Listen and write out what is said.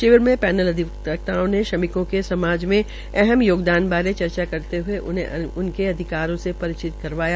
शिविर मे पैनल अधिवक्ताओं ने श्रमिकों के समाज के अहम योगदान बारे चर्चा करते हये उन्होंने उनके अधिकारों से परिचित करवाया